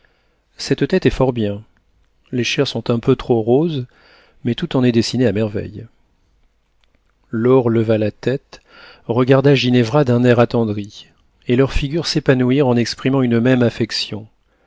cette tête est fort bien les chairs sont un peu trop roses mais tout en est dessiné à merveille laure leva la tête regarda ginevra d'un air attendri et leurs figures s'épanouirent en exprimant une même affection